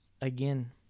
again